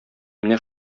менә